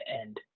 end